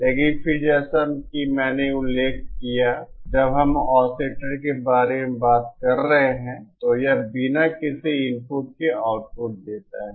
लेकिन फिर जैसा कि मैंने उल्लेख किया है जब हम ऑसिलेटर के बारे में बात कर रहे हैं तो यह बिना किसी इनपुट के आउटपुट देता है